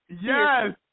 Yes